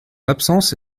absence